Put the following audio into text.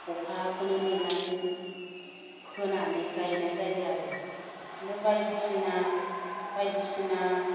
अखाखोनो नेनानै फोनानै गायनाय जायो आरो इदिनो बायदिसिना बायदिसिना